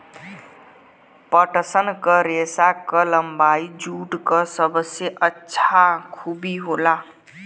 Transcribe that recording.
पटसन क रेसा क लम्बाई जूट क सबसे अच्छा खूबी होला